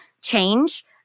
change